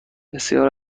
بسیار